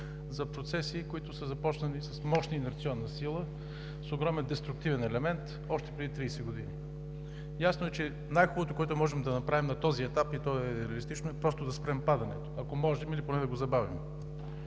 за процеси, които са започнали с мощна инерционна сила, с огромен деструктивен елемент още преди 30 години. Ясно е, че най-хубавото, което можем да направим на този етап, и то е реалистично, е просто да спрем падането – ако можем, или поне да го забавим.